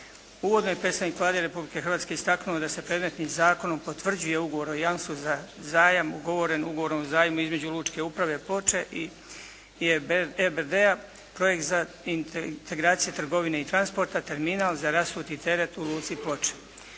Uvodno je predstavnik Vlade Republike Hrvatske istaknuo da se predmetni zakonom potvrđuje Ugovor o jamstvu za zajam ugovoren Ugovorom o zajmu između Lučke uprave Ploče i …/Govornik se ne razumije./… projekt za integracije trgovine i transporta terminal za rasuti teret u Luci Ploče.